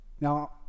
now